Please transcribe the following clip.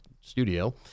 studio